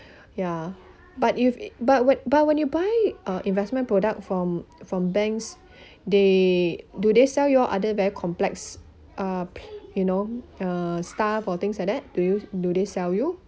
ya but if but when but when you buy uh investment product from from banks they do they sell y'all other very complex uh you know uh stuff or things like that do you do they sell you